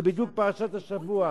זאת בדיוק פרשת השבוע: